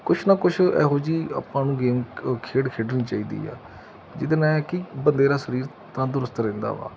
ਕੁਛ ਨਾ ਕੁਛ ਇਹੋ ਜਿਹੀ ਆਪਾਂ ਨੂੰ ਗੇਮ ਕ ਖੇਡ ਖੇਡਣੀ ਚਾਹੀਦੀ ਆ ਜਿਹਦੇ ਨਾਲ ਕਿ ਬੰਦੇ ਦਾ ਸਰੀਰ ਤੰਦਰੁਸਤ ਰਹਿੰਦਾ ਵਾ